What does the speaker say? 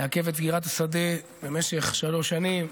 לעכב את סגירת השדה במשך שלוש שנים.